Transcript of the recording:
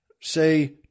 say